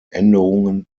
änderungen